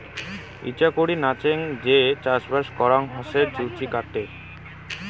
ইচাকুরি নাচেঙ যে চাষবাস করাং হসে জুচিকাতে